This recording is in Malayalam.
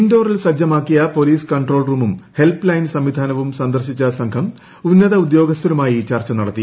ഇൻഡോറിൽ സജ്ജമാക്കിയ പൊലീസ് കൺട്രോൾ റൂമും ഹെൽപ്പ് ലൈൻ സംവിധാനവും സന്ദർശിച്ച സംഘം ഉന്നത ഉദ്യോഗസ്ഥരുമായി ചർച്ച നടത്തി